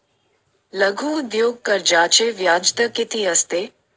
लघु उद्योग कर्जाचे व्याजदर किती असते?